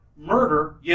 Murder